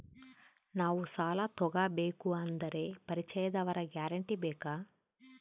ನಾವು ಸಾಲ ತೋಗಬೇಕು ಅಂದರೆ ಪರಿಚಯದವರ ಗ್ಯಾರಂಟಿ ಬೇಕಾ?